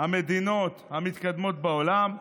המדינות המתקדמות בעולם.